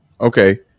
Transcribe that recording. Okay